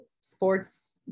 sports